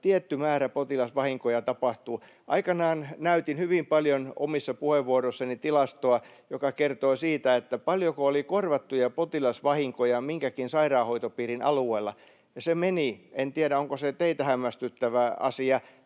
tietty määrä potilasvahinkoja tapahtuu. Aikanaan näytin hyvin paljon omissa puheenvuoroissani tilastoa, joka kertoo siitä, paljonko oli korvattuja potilasvahinkoja minkäkin sairaanhoitopiirin alueella, ja se meni — en tiedä, onko se teitä hämmästyttävä asia